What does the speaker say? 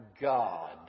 God